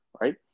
Right